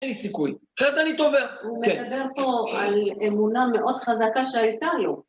אין לי סיכוי. אחרת אני טובע. הוא מדבר פה על אמונה מאוד חזקה שהייתה לו.